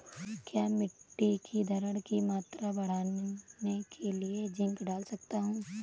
क्या मिट्टी की धरण की मात्रा बढ़ाने के लिए जिंक डाल सकता हूँ?